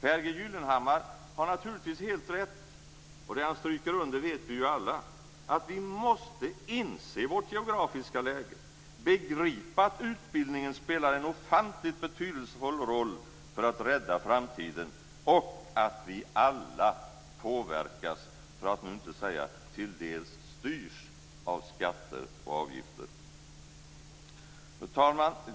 Pehr G. Gyllenhammar har naturligtvis helt rätt - och det han stryker under vet vi ju alla - i att vi måste inse vårt geografiska läge, begripa att utbildningen spelar en ofantligt betydelsefull roll för att rädda framtiden och att vi alla påverkas, för att nu inte säga till dels styrs, av skatter och avgifter. Fru talman!